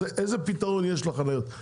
אז איזה פתרון יש לחניות?